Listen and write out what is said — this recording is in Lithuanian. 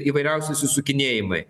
įvairiausi išsisukinėjimai